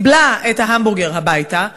קיבלה את ההמבורגר הביתה,